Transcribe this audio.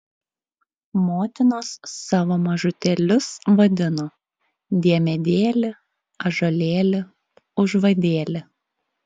motinos savo mažutėlius vadino diemedėli ąžuolėli užvadėli